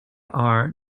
are